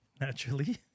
naturally